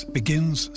begins